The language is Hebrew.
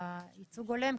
בייצוג הולם,